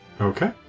Okay